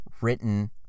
written